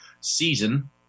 season